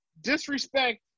disrespect